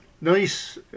nice